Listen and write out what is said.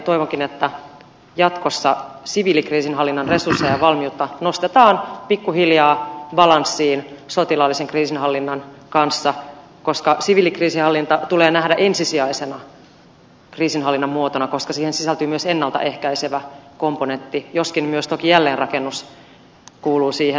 toivonkin että jatkossa siviilikriisinhallinnan resursseja ja valmiutta nostetaan pikkuhiljaa balanssiin sotilaallisen kriisinhallinnan kanssa koska siviilikriisinhallinta tulee nähdä ensisijaisena kriisinhallinnan muotona koska siihen sisältyy myös ennalta ehkäisevä komponentti joskin toki myös jälleenrakennus kuuluu siihen